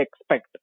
expect